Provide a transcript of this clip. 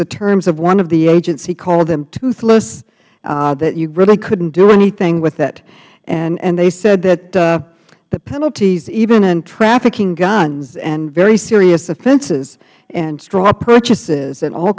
the terms of one of the agents he called them toothless that you really couldn't do anything with it and they said that the penalties even in trafficking guns and very serious offenses and straw purchases and all